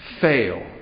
fail